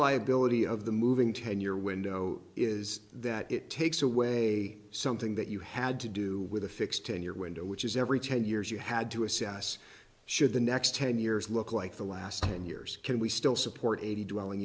liability of the moving ten year window is that it takes away something that you had to do with a fixed ten year window which is every ten years you had to assess should the next ten years look like the last ten years can we still support eighty dwelling